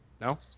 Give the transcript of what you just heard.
No